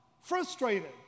frustrated